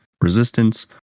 resistance